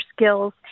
skills